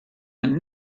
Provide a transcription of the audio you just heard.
and